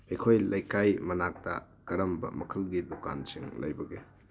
ꯑꯩꯈꯣꯏ ꯂꯩꯀꯥꯏ ꯃꯅꯥꯛꯇ ꯀꯔꯝꯕ ꯃꯈꯜꯒꯤ ꯗꯨꯀꯥꯟꯁꯤꯡ ꯂꯩꯕꯒꯦ